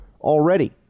already